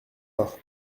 encore